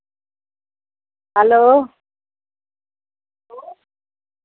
hello